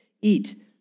eat